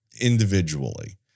individually